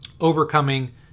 overcoming